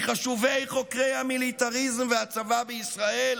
מחשובי חוקרי המיליטריזם והצבא בישראל,